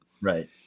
Right